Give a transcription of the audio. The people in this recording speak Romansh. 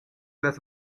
las